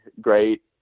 great